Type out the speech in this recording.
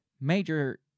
major